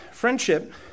Friendship